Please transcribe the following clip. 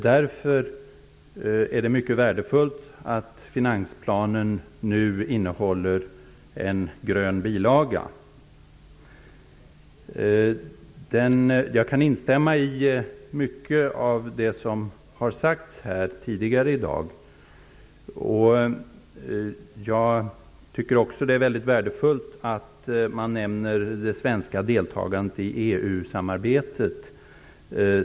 Därför är det mycket värdefullt att finansplanen nu innehåller en grön bilaga. Jag kan instämma i mycket av det som har sagts här tidigare i dag. Jag tycker också att det är väldigt värdefullt att man nämner det svenska deltagandet i EU-samarbetet.